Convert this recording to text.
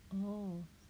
oh